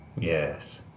Yes